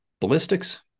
Ballistics